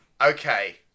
Okay